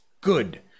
Good